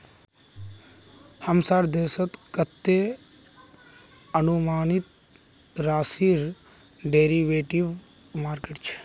हमसार देशत कतते अनुमानित राशिर डेरिवेटिव मार्केट छ